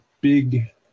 big